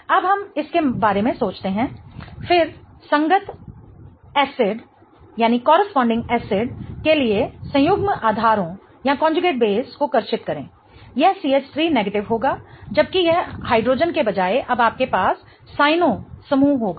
अब हम इसके बारे में सोचते हैं फिर संगत एसिडअम्ल के लिए संयुग्मित आधारों को कर्षित करें यह CH3 होगा जबकि यह हाइड्रोजन के बजाय अब आपके पास साइनओं समूह होगा